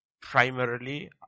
primarily